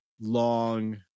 long